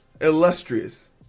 illustrious